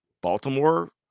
Baltimore